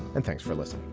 and thanks for listening